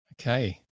okay